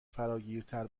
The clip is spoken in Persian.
فراگیرتر